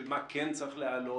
של מה כן צריך להעלות,